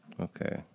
Okay